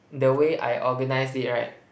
the way I organized it right